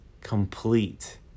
complete